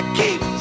keep